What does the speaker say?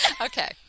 Okay